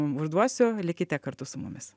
užduosiu likite kartu su mumis